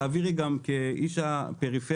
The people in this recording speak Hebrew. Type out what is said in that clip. תעבירי גם לי כאיש הפריפריה,